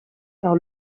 par